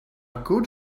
good